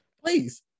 Please